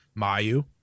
Mayu